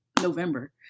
November